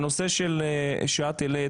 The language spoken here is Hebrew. ופה אני